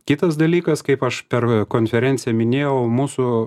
kitas dalykas kaip aš per konferenciją minėjau mūsų